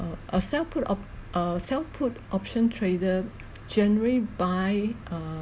a sell put op a sell put option trader generally buy err